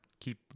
keep